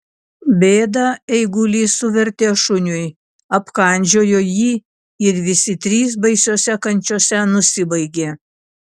bėdą eigulys suvertė šuniui apkandžiojo jį ir visi trys baisiose kančiose nusibaigė